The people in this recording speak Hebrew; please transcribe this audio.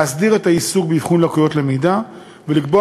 להסדיר את העיסוק באבחון לקויות למידה ולקבוע